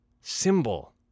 symbol